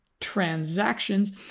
transactions